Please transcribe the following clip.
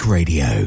Radio